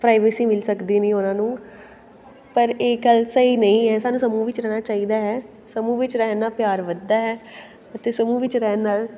privacy ਮਿਲ ਸਕਦੀ ਨਹੀਂ ਉਹਨਾਂ ਨੂੰ ਪਰ ਇਹ ਗੱਲ ਸਹੀ ਨਹੀਂ ਹੈ ਸਾਨੂੰ ਸਮੂਹ ਵਿੱਚ ਰਹਿਣਾ ਚਾਹੀਦਾ ਹੈ ਸਮੂਹ ਵਿੱਚ ਰਹਿਣ ਨਾਲ ਪਿਆਰ ਵੱਧਦਾ ਹੈ ਅਤੇ ਸਮੂਹ ਵਿੱਚ ਰਹਿਣ ਨਾਲ